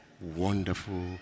Wonderful